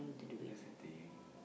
that's the thing